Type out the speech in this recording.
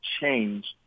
change